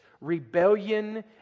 rebellion